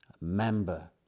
member